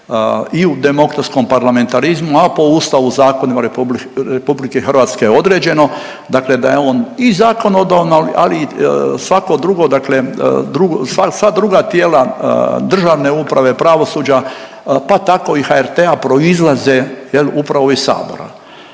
i u demokratskom parlamentarizmu, a po Ustavu zakonima RH određeno, dakle da je on i zakonodavno ali i svako drugo dakle drugo, sva druga tijela državne uprave, pravosuđa pa tako i HRT-a proizlaze jel upravo ovo iz sabora.